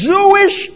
Jewish